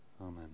amen